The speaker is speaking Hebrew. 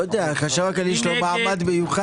לא יודע, לחשב הכללי יש מעמד מיוחד כאן.